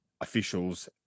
officials